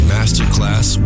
Masterclass